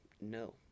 no